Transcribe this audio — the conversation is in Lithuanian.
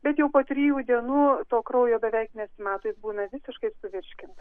bet jau po trijų dienų to kraujo beveik nesimato jis būna visiškai suvirškintas